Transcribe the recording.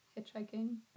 hitchhiking